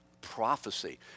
prophecy